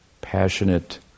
passionate